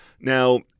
Now